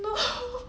no